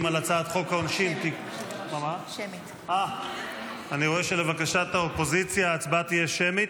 אני רואה שלבקשת האופוזיציה, ההצבעה תהיה שמית.